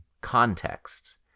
context